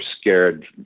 scared